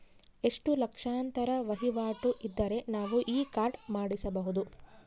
ಎಷ್ಟು ಲಕ್ಷಾಂತರ ವಹಿವಾಟು ಇದ್ದರೆ ನಾವು ಈ ಕಾರ್ಡ್ ಮಾಡಿಸಬಹುದು?